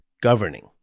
governing